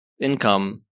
income